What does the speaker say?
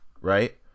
right